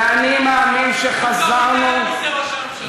ואני מאמין שחזרנו, ראש הממשלה.